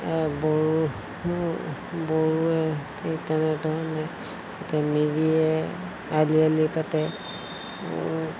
বড়ো বড়োৱে ঠিক তেনেধৰণে এতিয়া মিৰিয়ে আলি আলি পাতে